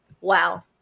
Wow